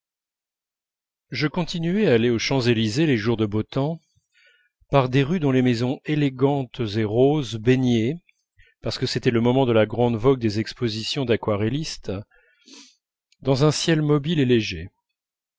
je continuai à aller aux champs-élysées les jours de beau temps par des rues dont les maisons élégantes et roses baignaient parce que c'était le moment de la grande vogue des expositions d'aquarellistes dans un ciel mobile et léger